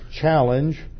challenge